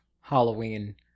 Halloween